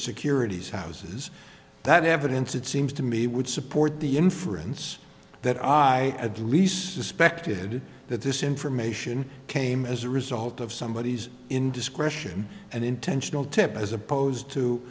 securities houses that evidence it seems to me would support the inference that i at least suspected that this information came as a result of somebodies indiscretion and intentional tip as opposed to